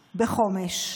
בחומש.